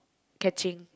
catching